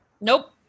Nope